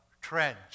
trends